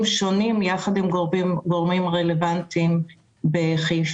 שונים יחד עם גורמים רלוונטיים בחיפה.